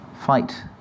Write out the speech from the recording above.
fight